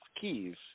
keys